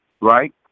right